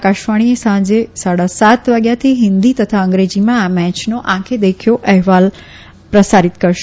આકાશવાણી સાંજે સાડા સાત વાગ્યાથી હિન્દી તથા અંગ્રેજીમાં આ મેચનો આંખે દેખ્યો અહેવાલ પ્રસારિત કરશે